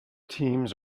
teams